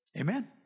Amen